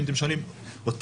אם אתם שואלים אותי,